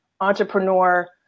entrepreneur